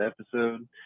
episode